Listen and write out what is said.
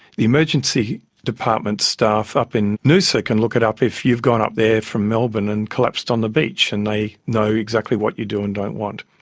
the emergency department staff up in noosa can look it up if you've gone up there from melbourne and collapsed on the beach and they know exactly what you do and don't want.